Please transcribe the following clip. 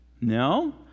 No